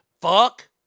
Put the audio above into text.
Fuck